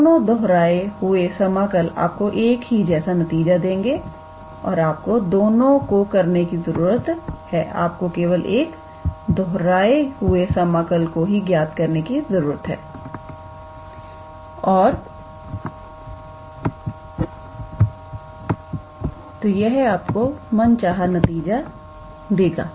दोनों दोहराए हुए समाकल आपको एक जैसा ही नतीजा देंगे और आपको दोनों को करने की जरूरत नहीं है आपको केवल एक दोहराए हुए समाकल को ही ज्ञात करने की जरूरत है और यह आपको मनचाहा नतीजा देगा